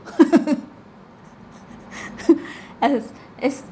as is